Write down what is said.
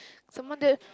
some more the